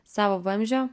savo vamzdžio